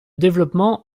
développement